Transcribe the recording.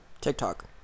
TikTok